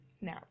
now